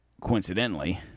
coincidentally